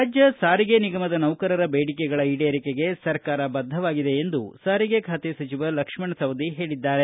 ರಾಜ್ಯ ಸಾರಿಗೆ ನಿಗಮದ ನೌಕರರ ಬೇಡಿಕೆಗಳ ಈಡೇರಿಕೆಗೆ ಸರ್ಕಾರ ಬದ್ದವಾಗಿದೆ ಎಂದು ಸಾರಿಗೆ ಖಾತೆ ಲಕ್ಷ್ಮಣ ಸವದಿ ಹೇಳಿದ್ದಾರೆ